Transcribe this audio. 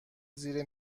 زیر